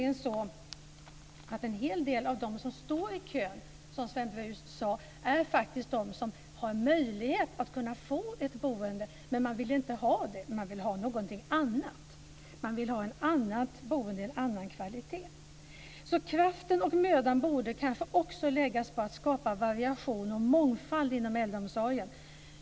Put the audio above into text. En hel del av de som står i kön, som Sven Brus talade om, har möjlighet att få ett boende, men de vill inte ha det. De vill ha någonting annat. De vill ha ett annat boende, en annan kvalitet. Kraften och mödan borde kanske också läggas på att skapa variation och mångfald inom äldreomsorgen.